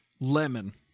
lemon